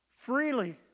freely